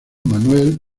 manuel